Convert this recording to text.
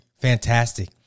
fantastic